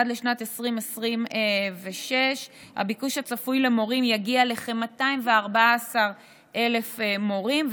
עד לשנת 2026 הביקוש הצפוי למורים יגיע לכ-214,000 מורים,